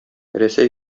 рәсәй